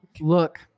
Look